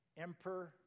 Emperor